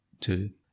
two